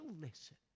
listen